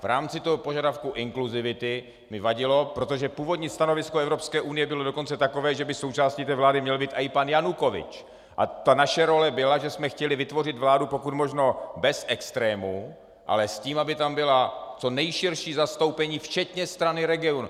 V rámci požadavku inkluzivity mi vadilo, protože původně stanovisko Evropské unie bylo dokonce takové, že by součástí vlády měl být i pan Janukovyč, a naše role byla, že jsme chtěli vytvořit vládu pokud možno bez extrémů, ale s tím, aby tam bylo co nejširší zastoupení včetně Strany regionů.